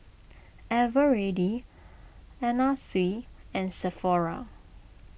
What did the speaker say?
Eveready Anna Sui and Sephora